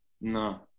No